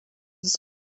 ist